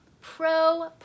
pro